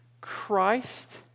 Christ